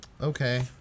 Okay